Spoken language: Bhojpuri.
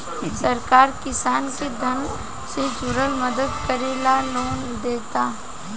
सरकार किसान के धन से जुरल मदद करे ला लोन देता